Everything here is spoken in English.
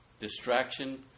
Distraction